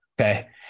Okay